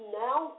now